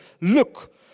Look